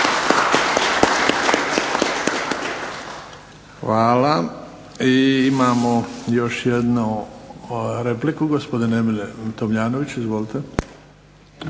Hvala. I imamo još jednu repliku, gospodin Emil Tomljanović. Izvolite.